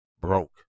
broke